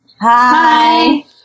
Hi